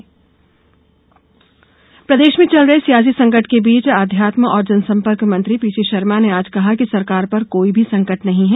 पीसीशर्मा प्रदेश में चल रहे सियासी संकट के बीच अध्यात्म और जनसंपर्क मंत्री पीसीशर्मा ने आज कहा कि सरकार पर कोई संकट नहीं है